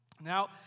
Now